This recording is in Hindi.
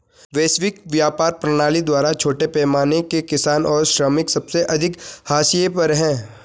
वैश्विक व्यापार प्रणाली द्वारा छोटे पैमाने के किसान और श्रमिक सबसे अधिक हाशिए पर हैं